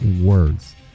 words